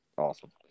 awesome